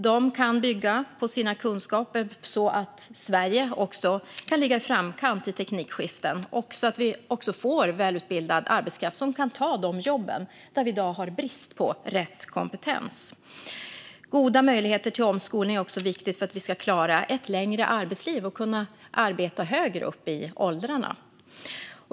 De kan bygga på sina kunskaper, så att Sverige kan ligga i framkant i teknikskiften och så att vi får välutbildad arbetskraft som kan ta de jobb där vi i dag har brist på rätt kompetens. Goda möjligheter till omskolning är också viktigt för att vi ska klara ett längre arbetsliv och kunna arbeta högre upp i åldrarna.